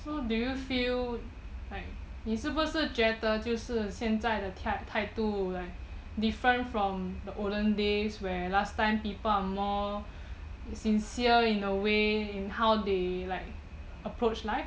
how do you feel like 你是不是觉得就是现在的态度 like different from the olden days when people are more sincere in a way in how they like approach like